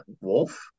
Wolf